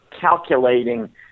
calculating